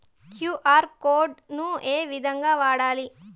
QR code ను ఏ విధంగా వాడాలి?